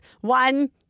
One